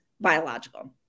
biological